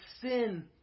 sin